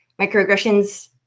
microaggressions